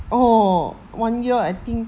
oh one year I think